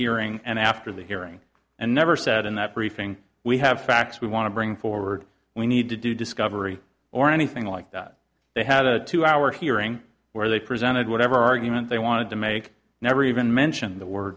hearing and after the hearing and never said in that briefing we have facts we want to bring forward we need to do discovery or anything like that they had a two hour hearing where they presented whatever argument they wanted to make never even mention the word